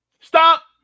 Stop